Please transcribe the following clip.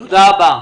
תודה.